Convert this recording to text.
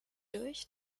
durch